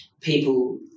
people